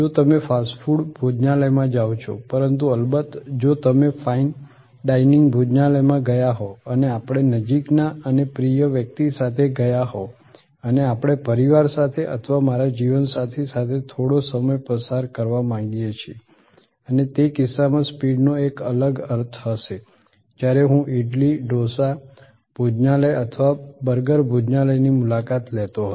જો તમે fast food ભોજનાલયમાં જાઓ છો પરંતુ અલબત્ત જો તમે ફાઇન ડાઇનિંગ ભોજનાલયમાં ગયા હોવ અને આપણે નજીકના અને પ્રિય વ્યક્તિ સાથે ગયા હોવ અને આપણે પરિવાર સાથે અથવા મારા જીવનસાથી સાથે થોડો સમય પસાર કરવા માંગીએ છીએ અને તે કિસ્સામાં સ્પીડનો એક અલગ અર્થ હશે જ્યારે હું ઈડલી ડોસા ભોજનાલય અથવા બર્ગર ભોજનાલય ની મુલાકાત લેતો હતો